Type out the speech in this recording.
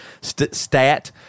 stat